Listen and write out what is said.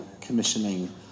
commissioning